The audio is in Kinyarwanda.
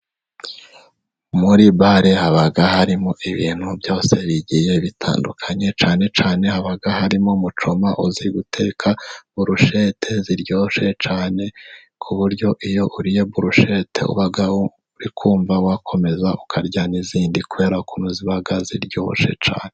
Muri bare haba harimo ibintu byose bigiye bitandukanye, cyane cyane haba harimo mucoma uzi guteka burushete ziryoshye cyane, ku buryo iyo uriye burushete uba uri kumva wakomeza ukarya n'izindi kubera ukuntu ziba ziryoshe cyane.